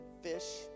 fish